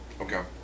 Okay